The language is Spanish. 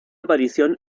aparición